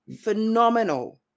phenomenal